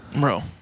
Bro